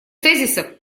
тезисов